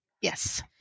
Yes